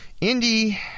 Indy